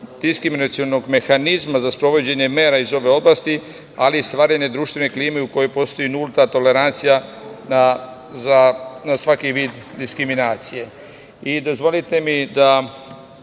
antidiskriminacionog mehanizma za sprovođenje mera iz ove oblasti, ali i stvaranje društvene klime u kojoj postoji nulta tolerancija za svaki vid diskriminacije. Dozvolite